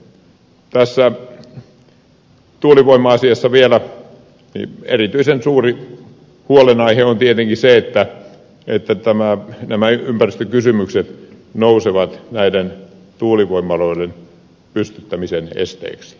tässä tuulivoima asiassa vielä erityisen suuri huolenaihe on tietenkin se että nämä ympäristökysymykset nousevat näiden tuulivoimaloiden pystyttämisen esteeksi